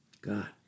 God